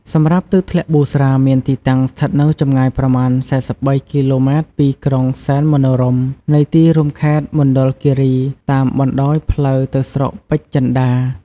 សម្រាប់ទឹកធ្លាក់ប៊ូស្រាមានទីតាំងស្ថិតនៅចម្ងាយប្រមាណ ៤៣គីឡូម៉ែត្រពីក្រុងសែនមនោរម្យនៃទីរួមខេត្តមណ្ឌលគិរី តាមបណ្តោយផ្លូវទៅស្រុកពេជ្រចិន្តា។